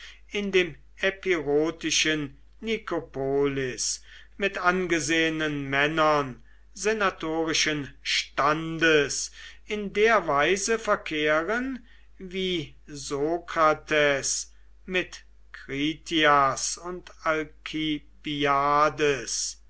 in dem epirotischen nikopolis mit angesehenen männern senatorischen standes in der weise verkehren wie sokrates mit kritias und